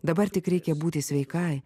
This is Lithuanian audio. taip dabar tik reikia būti sveikai